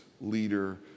leader